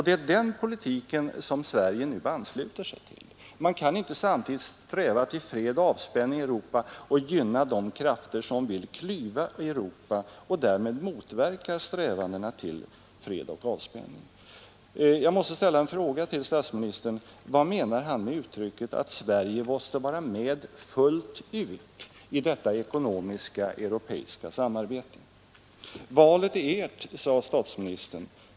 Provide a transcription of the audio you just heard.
Det är den politiken som Sverige nu ansluter sig till. Man kan inte samtidigt sträva till fred och avspänning i Europa och gynna de krafter som vill klyva Europa och därmed motverka strävandena till fred och avspänning. Jag måste ställa en fråga till statsministern. Vad menar statsministern med uttrycket att Sverige måste vara med fullt ut i detta ekonomiska europeiska samarbete? Valet är ert, sade statsministern.